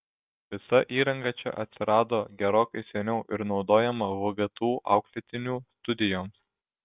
visa įranga čia atsirado gerokai seniau ir naudojama vgtu auklėtinių studijoms